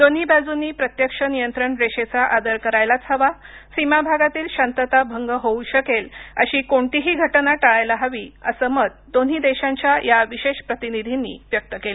दोन्ही बाजूंनी प्रत्यक्ष नियंत्रण रेषेचा आदर करायलाच हवा सीमा भागातील शांतता भंग होऊ शकेल अशी कोणतीही घटना टाळायला हवी अस मत दोन्ही देशांच्या या विशेष प्रतिनिधींनी व्यक्त केलं